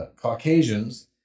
Caucasians